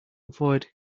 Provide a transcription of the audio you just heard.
avoid